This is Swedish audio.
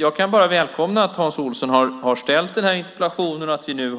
Jag kan bara välkomna att Hans Olsson har ställt denna interpellation och att vi nu